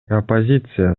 оппозиция